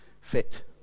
fit